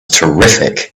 terrific